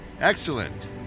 Excellent